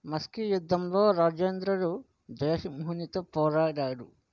మస్కీ యుద్ధంలో రాజేంద్రుడు జయసింహునితో పోరాడాడు